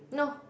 no